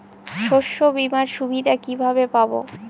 শস্যবিমার সুবিধা কিভাবে পাবো?